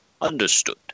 understood